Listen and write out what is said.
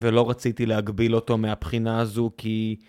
ולא רציתי להגביל אותו מהבחינה הזו כי...